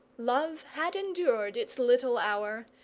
love had endured its little hour,